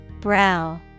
Brow